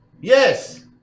Yes